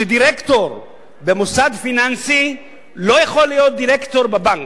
שדירקטור במוסד פיננסי לא יכול להיות דירקטור בבנק,